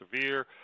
severe